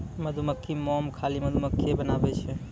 मधुमक्खी मोम खाली मधुमक्खिए बनाबै छै